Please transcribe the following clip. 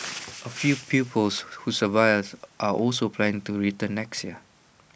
A few pupils who survived are also planning to return next year